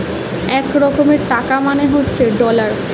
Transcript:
এক রকমের টাকা মানে হচ্ছে ডলার